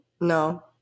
no